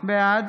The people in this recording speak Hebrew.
בעד